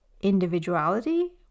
Individuality